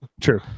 true